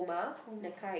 coma